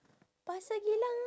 pasar geylang